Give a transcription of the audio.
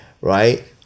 right